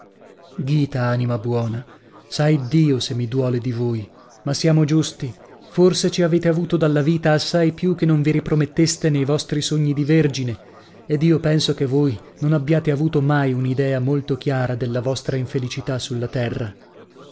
anima buona sa iddio se mi duole di voi ma siamo giusti forse ci avete avuto dalla vita assai più che non vi riprometteste nei vostri sogni di vergine ed io penso che voi non abbiate avuto mai una idea molto chiara della vostra infelicità sulla terra